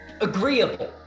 agreeable